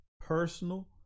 personal